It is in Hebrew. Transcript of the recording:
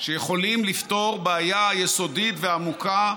שיכולים לפתור בעיה יסודית ועמוקה,